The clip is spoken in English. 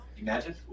Imagine